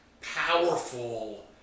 powerful